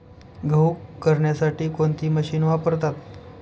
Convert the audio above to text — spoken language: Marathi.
गहू करण्यासाठी कोणती मशीन वापरतात?